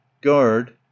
Guard